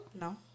No